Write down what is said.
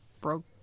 broke